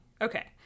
Okay